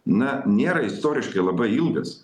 na nėra istoriškai labai ilgas